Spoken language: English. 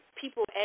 People